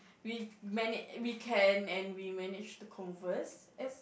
we manage we can and we manage to converse as